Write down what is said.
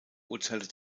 urteilte